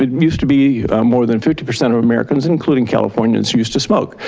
it used to be more than fifty percent of americans, including californians, who used to smoke.